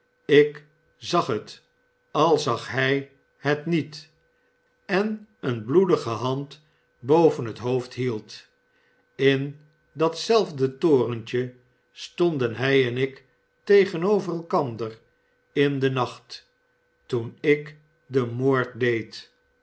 ik zag het al zag hij het niet en eene bloedige hand boven zijn hoofd hield in dat zelfde torentje stonden hij en ik tegenover elkander in den nacht toen ik den moord deed